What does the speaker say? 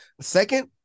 second